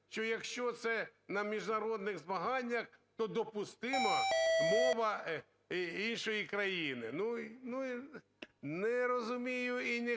що якщо це на міжнародних змаганнях, то допустима мова іншої країни? Ну, не розумію і ніхто